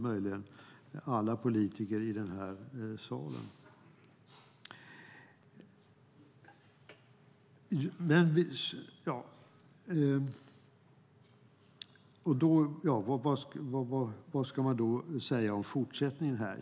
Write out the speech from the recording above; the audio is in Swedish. Vad blir fortsättningen?